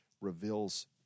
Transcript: reveals